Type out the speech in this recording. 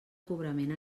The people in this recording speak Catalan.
cobrament